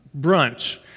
brunch